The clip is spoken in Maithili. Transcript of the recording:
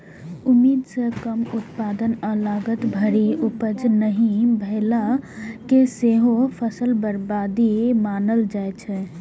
उम्मीद सं कम उत्पादन आ लागत भरि उपज नहि भेला कें सेहो फसल बर्बादी मानल जाइ छै